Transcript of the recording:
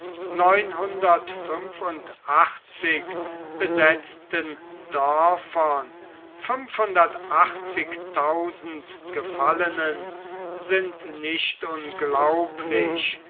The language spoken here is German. neun besetzten dörfern gefallenen sind nicht unglaublich